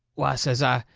why, says i,